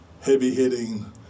heavy-hitting